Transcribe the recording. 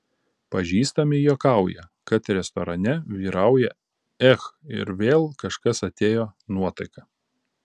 pažįstami juokauja kad restorane vyrauja ech ir vėl kažkas atėjo nuotaika